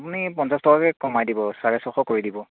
আপুনি পঞ্চাছ টকাকৈ কমাই দিব চাৰে ছশ কৰি দিব